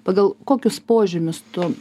pagal kokius požymius tu